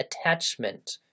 attachment